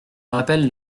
rappelle